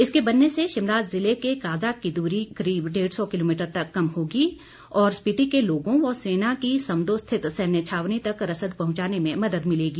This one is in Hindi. इसके बनने से शिमला से काजा की दूरी करीब डेढ़ सौ किलोमीटर तक कम होगी और स्पिति के लोगों व सेना की समदो स्थित सैन्य छावनी तक रसद पहुंचाने में मदद मिलेगी